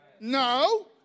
no